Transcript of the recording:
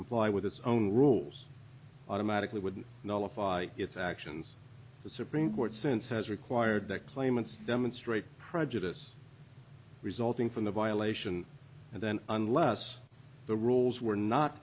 comply with its own rules automatically would nullify its actions the supreme court since has required that claimants demonstrate prejudice resulting from the violation and then unless the rules were not